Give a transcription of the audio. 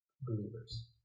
believers